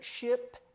ship